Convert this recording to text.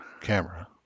camera